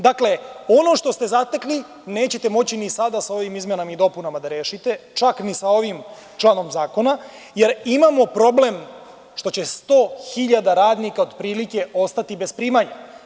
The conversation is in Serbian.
Dakle, ono što ste zatekli, neće moći ni sada sa ovim izmenama i dopunama da rešite, čak ni sa ovim članom zakona, jer imamo problem što će 100 hiljada radnika otprilike ostati bez primanja.